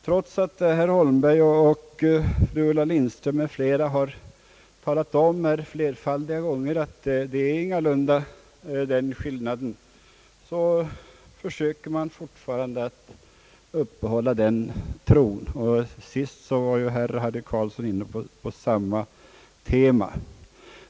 Trots att herr Holmberg och fru Ulla Lindström m.fl. flerfaldiga gånger har sagt att det ingalunda är fråga om ett belopp av den storleksordningen finns det talare som fortfarande försöker uppehålla den tron. Nu senast var herr Harry Carlsson inne på samma tema.